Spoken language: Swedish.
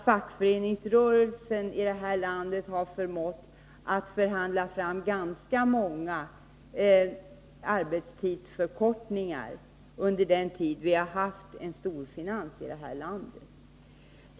Fackföreningsrörelsen i det här landet har faktiskt förmått att förhandla fram ganska många arbetstidsförkortningar under den tid vi har haft en storfinans i landet.